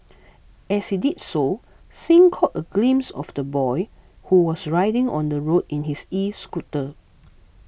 as he did so Singh caught a glimpse of the boy who was riding on the road in his escooter